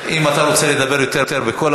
אם אתה רוצה לדבר יותר בקול,